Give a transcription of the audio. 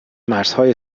مرزهای